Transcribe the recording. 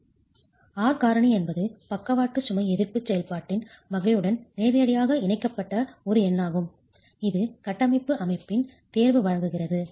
R காரணி என்பது பக்கவாட்டு லேட்ரல் சுமை எதிர்ப்புச் செயல்பாட்டின் வகையுடன் நேரடியாக இணைக்கப்பட்ட ஒரு எண்ணாகும் இது கட்டமைப்பு அமைப்பின் தேர்வு வழங்குகிறது